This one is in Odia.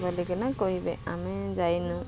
ବୋଲିକିନା କହିବେ ଆମେ ଯାଇନୁ